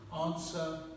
Answer